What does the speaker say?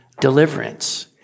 deliverance